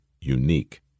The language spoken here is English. unique